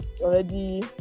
already